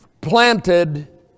planted